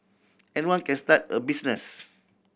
anyone can start a business